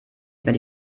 bin